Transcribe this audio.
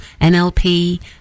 nlp